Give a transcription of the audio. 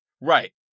Right